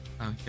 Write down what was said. Okay